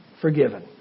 forgiven